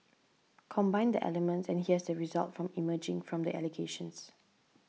combine the elements and here's the result from emerging from the allegations